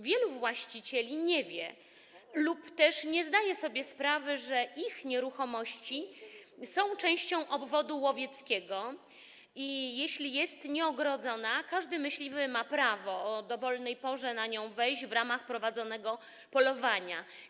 Wielu właścicieli nie wie lub też nie zdaje sobie sprawy, że ich nieruchomości są częścią obwodu łowieckiego, i jeśli są nieogrodzone, każdy myśliwy ma prawo o dowolnej porze na ich teren wejść w ramach prowadzonego polowania.